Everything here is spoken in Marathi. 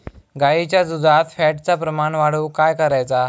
गाईच्या दुधात फॅटचा प्रमाण वाढवुक काय करायचा?